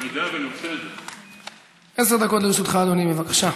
לרשותך, אדוני, בבקשה.